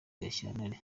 gashyantare